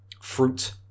fruit